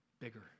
bigger